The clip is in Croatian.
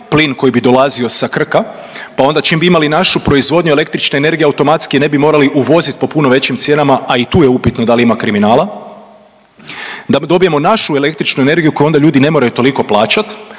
plin koji bi dolazio sa Krka pa onda čim bi imali našu proizvodnju električne energije automatski je ne bi morali uvoziti po puno većim cijenama, a i tu je upitno da li ima kriminala, da dobijemo našu električnu energiju koju onda ljudi ne moraju toliko plaćat